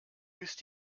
bist